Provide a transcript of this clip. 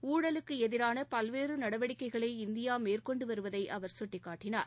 ஊழலுக்கு எதிரான பல்வேறு நடவடிக்கைகளை இந்தியா மேற்கொண்டுவருவதை அவர் சுட்டிக்காட்டினார்